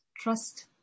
Trust